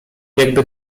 jakby